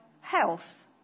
health